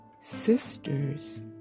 sisters